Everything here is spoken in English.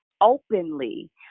openly